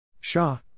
Shah